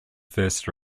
first